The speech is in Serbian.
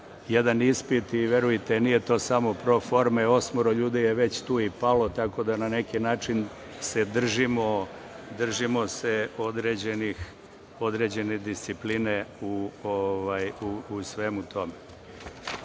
jedan ispit i verujte nije to samo proforme, osmoro ljudi je tu već i palo, tako da na neki način se držimo određene discipline u svemu tome. Na